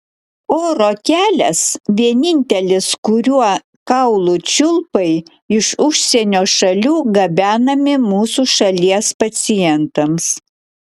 oro kelias vienintelis kuriuo kaulų čiulpai iš užsienio šalių gabenami mūsų šalies pacientams